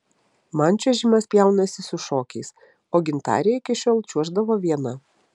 man čiuožimas pjaunasi su šokiais o gintarė iki šiol čiuoždavo viena